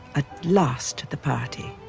ah last to the party.